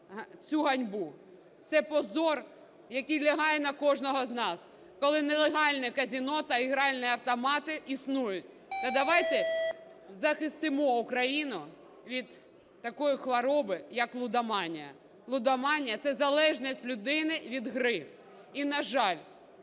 цю ганьбу. Це позор, який лягає на кожного з нас, коли нелегальне казино та гральні автомати існують. То давайте захистимо Україну від такої хвороби, як лудоманія. Лудоманія – це залежність людини від гри. І на жаль,